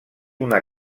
una